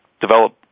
develop